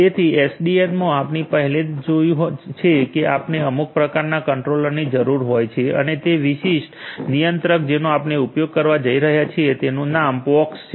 તેથી એસડીએન માં આપણે પહેલેથી જ જોયું છે કે આપણને અમુક પ્રકારના કંટ્રોલરની જરૂર હોય છે અને તે વિશિષ્ટ નિયંત્રક જેનો આપણે ઉપયોગ કરવા જઈ રહ્યા છીએ તેનું નામ પોક્સ છે